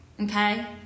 Okay